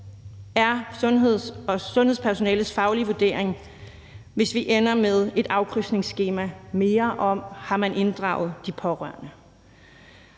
er sundhedspersonalets faglige vurdering, hvis vi ender med endnu et afkrydsningsskema om, om man har inddraget de pårørende?